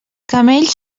camells